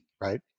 Right